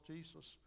Jesus